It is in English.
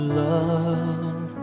love